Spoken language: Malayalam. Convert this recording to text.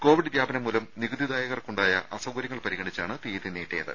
കോവിഡ് വ്യാപനംമൂലം നികുതി ദായകർക്കുണ്ടായ അസൌകര്യങ്ങൾ പരിഗണിച്ചാണ് തീയതി നീട്ടിയത്